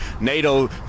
NATO